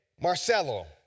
Marcelo